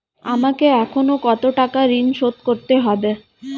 আমাকে এখনো কত টাকা ঋণ শোধ করতে হবে?